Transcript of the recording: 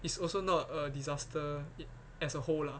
it's also not a disaster it as a whole lah